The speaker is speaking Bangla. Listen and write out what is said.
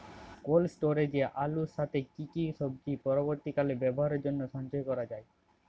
কোল্ড স্টোরেজে আলুর সাথে কি কি সবজি পরবর্তীকালে ব্যবহারের জন্য সঞ্চয় করা যায়?